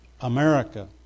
America